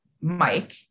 Mike